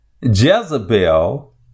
Jezebel